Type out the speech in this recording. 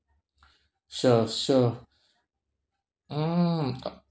sure sure mm